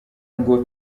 ngo